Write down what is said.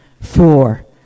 Four